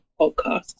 podcast